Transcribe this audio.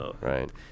right